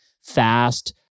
fast